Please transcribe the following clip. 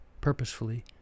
purposefully